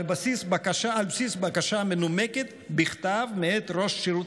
על בסיס בקשה מנומקת בכתב מאת ראש שירות